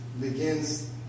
begins